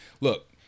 Look